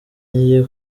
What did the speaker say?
ngiye